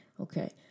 Okay